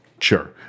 Sure